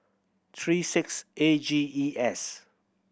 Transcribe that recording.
three six A G E S